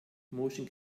motion